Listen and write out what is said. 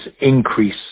increase